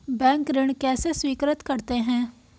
Bank ऋण कैसे स्वीकृत करते हैं?